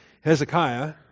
Hezekiah